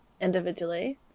individually